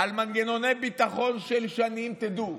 על מנגנוני ביטחון של שנים, תדעו,